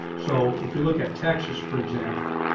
so if you look at texas. for example,